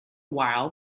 while